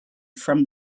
from